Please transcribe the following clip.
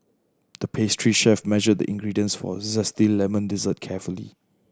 the pastry chef measured the ingredients for a zesty lemon dessert carefully